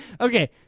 Okay